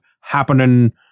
happening